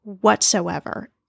whatsoever